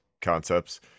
Concepts